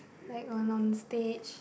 like on on stage